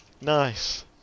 Nice